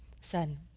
Son